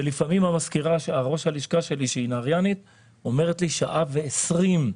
ולפעמים ראש הלשכה שלי שהיא נהריינית אומרת לי שעה ו-20 דקות,